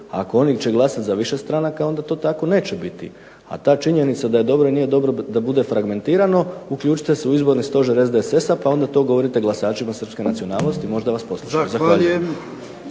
ako oni će glasati za više stranaka onda to tako neće biti. A ta činjenica da je dobro i nije dobro da bude fragmentirano uključite se u izborni stožer SDSS-a pa onda to govorite glasačima srpske nacionalnosti, možda vas poslušaju. Zahvaljujem.